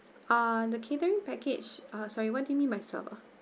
uh the catering package uh sorry what do you mean by self uh